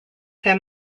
him